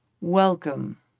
Welcome